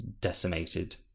decimated